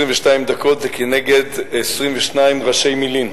22 דקות זה כנגד 22 ראשי מלים,